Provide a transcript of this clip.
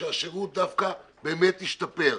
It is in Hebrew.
ושם השירות דווקא באמת השתפר.